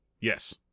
Yes